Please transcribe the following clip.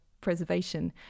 preservation